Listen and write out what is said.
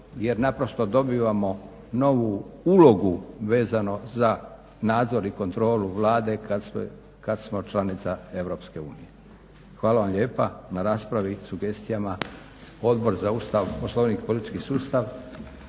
jer naprosto dobivamo novu ulogu vezano za nadzor i kontrolu Vlade kad smo članica EU. Hvala vam lijepa na raspravi, sugestijama. Odbor za Ustav, Poslovnik i politički sustav